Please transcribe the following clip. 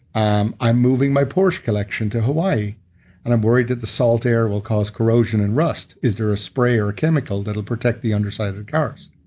i'm i'm moving my porsche collection to hawaii and i'm worried that the salt air will cause corrosion and rust. is there a spray or a chemical that will protect the underside of the cars,